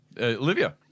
Olivia